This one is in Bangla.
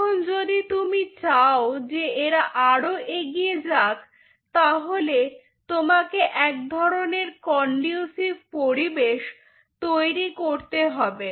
এখন যদি তুমি চাও যে এরা আরো এগিয়ে যাক তাহলে তোমাকে এক ধরনের conducive পরিবেশ তৈরী করতে হবে